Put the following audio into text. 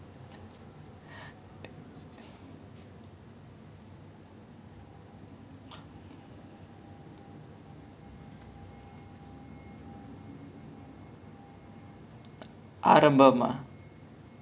ya ya ya sivakasi பாத்த அதுக்கு அப்புறம்:paatha athukku appuram pokkiri பாத்தேன்:paathaen then vetaikkaaran then like அதுல இருந்து போய்டே இருந்துச்சு:athula irunthu poittae irunthuchu lah but தலைக்கு நா வந்து:thalaikku naa vanthu fan ஆனது வந்து:aanathu vanthu after I watched err !wah! there was this one movie ah billa billa one and billa two